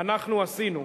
אנחנו עשינו.